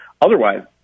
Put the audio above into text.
otherwise